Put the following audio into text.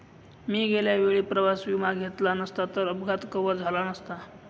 मी गेल्या वेळी प्रवास विमा घेतला नसता तर अपघात कव्हर झाला नसता